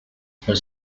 for